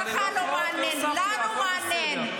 לא מעניין?